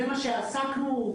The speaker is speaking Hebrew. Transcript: בזה עסקנו,